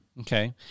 Okay